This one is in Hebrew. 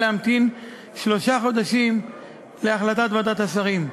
להמתין שלושה חודשים להחלטת ועדת השרים.